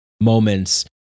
moments